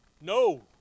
No